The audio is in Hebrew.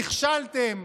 נכשלתם,